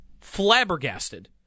Flabbergasted